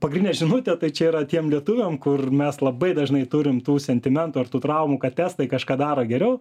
pagrindinė žinutė tai čia yra tiem lietuviam kur mes labai dažnai turim tų sentimentų ar tų traumų kad testai kažką daro geriau